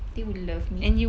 they will love me